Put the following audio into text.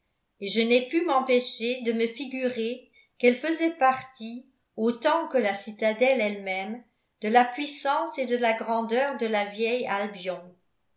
et je n'ai pu m'empêcher de me figurer qu'elle faisait partie autant que la citadelle elle-même de la puissance et de la grandeur de la vieille albion